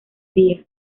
día